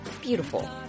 beautiful